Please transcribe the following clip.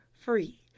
free